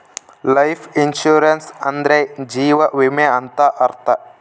life insurance ಅಂದ್ರೆ ಜೀವ ವಿಮೆ ಅಂತ ಅರ್ಥ